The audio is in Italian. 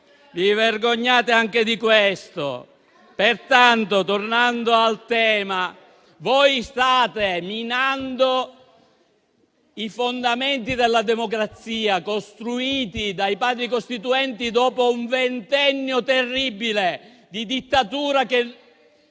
Vi vergognate anche di questo. Tornando al tema, voi state minando i fondamenti della democrazia costruiti dai Padri costituenti dopo un ventennio terribile di dittatura.